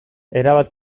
erabat